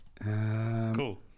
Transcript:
Cool